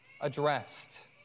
addressed